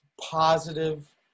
positive